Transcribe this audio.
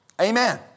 Amen